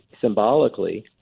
symbolically